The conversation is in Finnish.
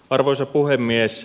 arvoisa puhemies